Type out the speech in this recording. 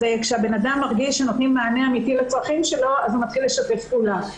כשהבן אדם מרגיש שנותנים מענה אמיתי לצרכים שלו הוא מתחיל לשתף פעולה.